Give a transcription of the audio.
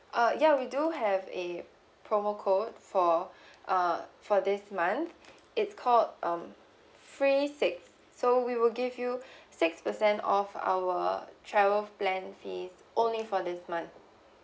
uh ya we do have a promo code for uh for this month it's called um free six so we will give you six percent off our travel plan fees only for this month